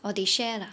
or they share lah